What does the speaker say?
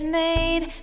made